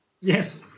Yes